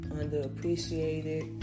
underappreciated